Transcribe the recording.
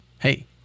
hey